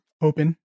open